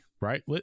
right